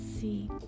see